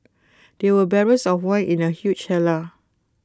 there were barrels of wine in the huge cellar